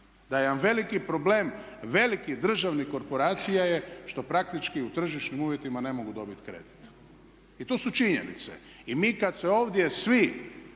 Da jedan veliki problem velikih državnih korporacija je što praktički u tržišnim uvjetima ne mogu dobiti kredit. I to su činjenice. I mi kada se ovdje svi